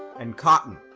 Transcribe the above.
and cotton.